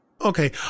Okay